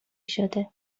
شده